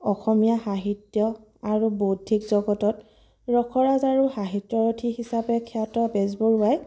অসমীয়া সাহিত্য আৰু বৌদ্ধিক জগতত ৰসৰাজ আৰু সাহিত্যৰথী হিচাপে খ্যাত বেজবৰুৱাই